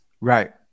Right